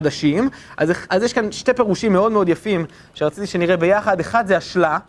אז יש כאן שתי פירושים מאוד מאוד יפים שרציתי שנראה ביחד. אחד זה השלה.